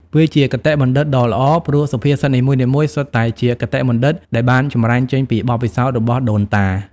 វាជាគតិបណ្ឌិតដ៏ល្អ ព្រោះសុភាសិតនីមួយៗសុទ្ធតែជាគតិបណ្ឌិត ដែលបានចម្រាញ់ចេញពីបទពិសោធន៍របស់ដូនតា។